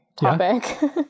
topic